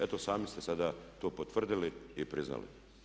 Eto sami ste sada to potvrdili i priznali.